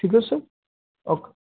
ଠିକ୍ ଅଛି sir okay